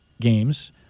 games